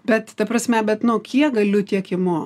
bet ta prasme bet nu kiek galiu tiek imu